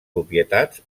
propietats